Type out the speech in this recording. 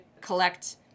collect